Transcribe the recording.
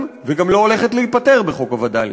וגם לא הולכת להיפתר בחוק הווד"לים.